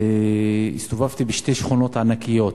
והסתובבתי בשתי שכונות ענקיות